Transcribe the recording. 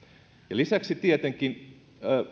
lisäksi